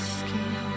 skin